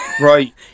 Right